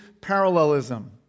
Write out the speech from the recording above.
parallelism